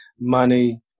money